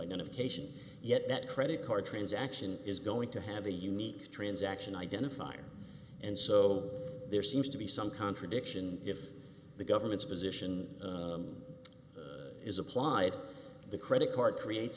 identification yet that credit card transaction is going to have a unique transaction identifier and so there seems to be some contradiction if the government's position is applied the credit card creates